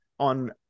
on